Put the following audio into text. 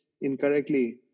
incorrectly